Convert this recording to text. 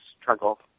struggle